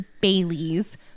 Bailey's